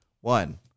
One